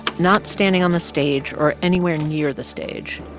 not standing on the stage or anywhere near the stage.